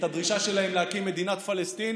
את הדרישה שלהם להקים מדינת פלסטין